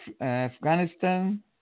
Afghanistan